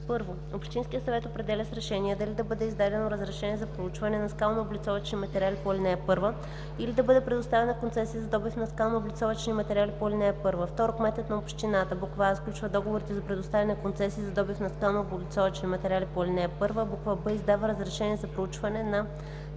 1. Общинският съвет определя с решение дали да бъде издадено разрешения за проучване на скалнооблицовъчните материали по ал. 1, или да бъде предоставена концесия за добив на скалнооблицовъчните материали по ал. 1; 2. Кметът на общината: а) сключва договорите за предоставяне на концесии за добив на скалнооблицовъчните материали по ал. 1; б) издава разрешения за проучване на